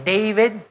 David